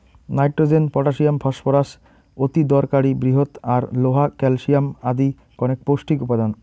nitrogen, potassium, phosphorus অতিদরকারী বৃহৎ আর লোহা, ক্যালশিয়াম আদি কণেক পৌষ্টিক উপাদান